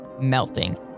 melting